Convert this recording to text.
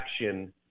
action